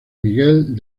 miguel